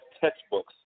textbooks